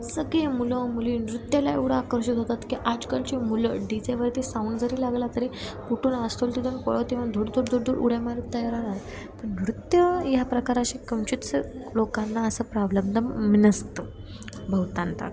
सगळे मुलं मुली नृत्याला एवढं आकर्षित होतात की आजकालची मुलं डी जेवरती साऊंड जरी लागला तरी कुठून असेल तिथून पळत येऊन धुडधुड धुडधुड उड्या मारत तयार पण नृत्य या प्रकाराशी कमचेच लोकांना असं प्राबलब मि नसतं बहुतांतात